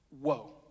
whoa